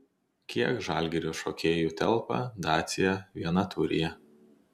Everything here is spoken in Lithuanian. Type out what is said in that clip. kiek žalgirio šokėjų telpa dacia vienatūryje